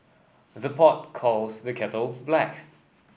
the pot calls the kettle black